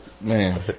Man